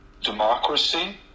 democracy